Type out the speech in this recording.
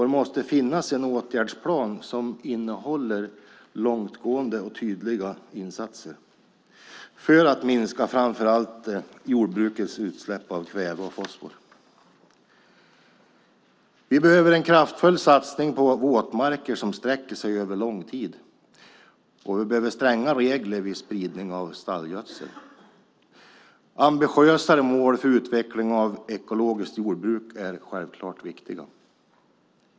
Det måste finnas en åtgärdsplan som innehåller långtgående och tydliga insatser för att minska framför allt jordbrukets utsläpp av kväve och fosfor. Vi behöver en kraftfull satsning på våtmarker som sträcker sig över lång tid. Vi behöver stränga regler vid spridning av stallgödsel. Ambitiösare mål för utveckling av ekologiskt jordbruk är självfallet viktigt.